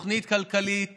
תוכנית כלכלית